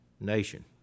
nation